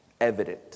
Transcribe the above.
evident